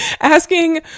Asking